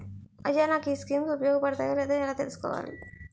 అయ్యా నాకు ఈ స్కీమ్స్ ఉపయోగ పడతయో లేదో ఎలా తులుసుకోవాలి?